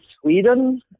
Sweden